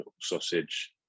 sausage